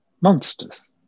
monsters